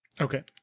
Okay